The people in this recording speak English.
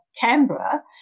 Canberra